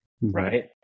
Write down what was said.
Right